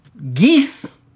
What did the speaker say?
geese